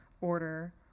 order